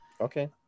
Okay